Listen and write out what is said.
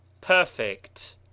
Perfect